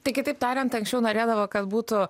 tai kitaip tariant anksčiau norėdavo kad būtų